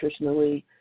nutritionally